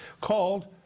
called